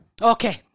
Okay